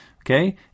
okay